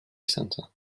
centre